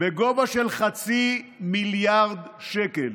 בגובה של חצי מיליארד שקל.